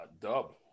Dub